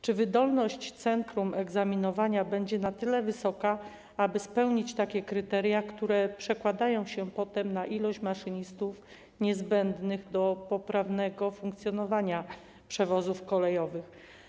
Czy wydolność centrum egzaminowania będzie na tyle wysoka, aby spełnić takie kryteria, które przekładają się potem na liczbę maszynistów niezbędnych do poprawnego funkcjonowania przewozów kolejowych?